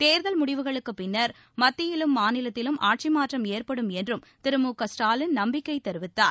தோதல் முடிவுகளுக்குப் பின்னா் மத்தியிலும் மாநிலத்திலும் ஆட்சி மாற்றம் ஏற்படும் என்றும் திரு மு க ஸ்டாலின் நம்பிக்கை தெரிவித்தார்